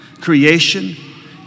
creation